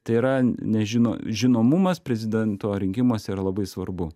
tai yra nežino žinomumas prezidento rinkimuose yra labai svarbu